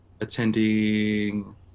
attending